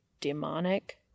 demonic